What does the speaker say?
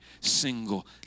single